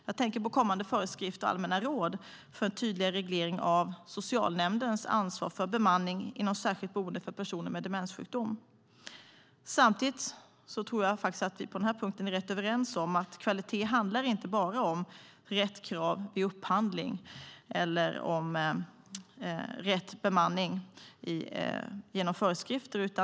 Jag tänker på kommande föreskrifter och allmänna råd för en tydligare reglering av socialnämndens ansvar för bemanning inom särskilt boende för personer med demenssjukdom. Samtidigt tror jag att vi på denna punkt är ganska överens om att kvalitet inte bara handlar om rätt krav vid upphandling eller om rätt bemanning genom föreskrifter.